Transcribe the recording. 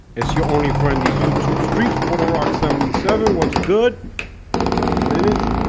it's your only friend these youtube streets puertorockrock seventy seven what's good, hold on a minute